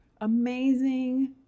amazing